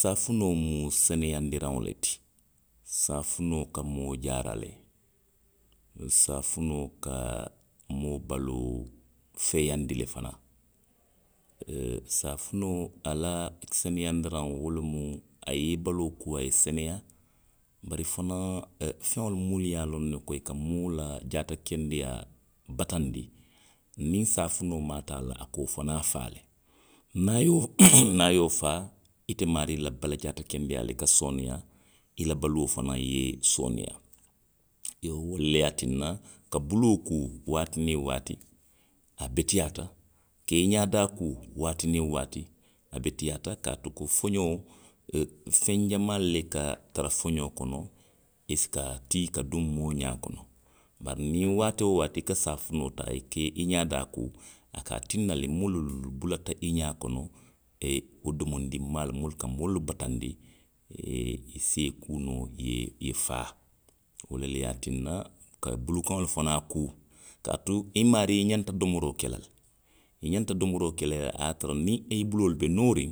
Saafinoo mu seneyaandiraŋo le ti. Saafinoo ka moo jaara le. Saafinoo ka moo baloo feeyaandi fanaŋ. Oo saafinoo a la seneyaandiraŋo wo lemu a ye i baloo kuu, a ye seneyaa. bari fanaŋ, o, feŋolu munnu ye a loŋ ne ko i ka moo la jaatakendeyaa bataandi. niŋ saafinoo maata a la, a ka wo fanaŋ faa le. Niŋ a ye wo faa ite maarii la bala jaata kendeyaa ka sooneyaa. I yoo, wolu le ye a tinna ka buloo kuu waati niŋ waati, a beteyaata. Ka i ňaadaa kuu waati niŋ waati, a beteyaata kaatu ko foňoo, o, feŋ jamaa le ka tara foňoo kono, i ka tii i ka duŋ moo ňaa kono. Bari niŋ waati woo waati i ka saafinoo taa i ka i xaadaa kuu. a ka a tinna le tunboo doolu bulata i ňaa kono, ee wo domondinmaalu munnu ka moolu bataandi. ee i si i kuu noo. ee, i ye faa. Wo lele ye a tinna ka bulukaŋolu fanaŋ kuu, kaatu i maarii, i ňanta domoroo ke la le. I xanta domoroo ke la a ye a tara niŋ i buloolu be nooriŋ,